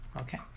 okay